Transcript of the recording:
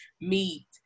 meet